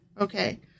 Okay